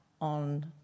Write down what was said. on